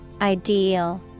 Ideal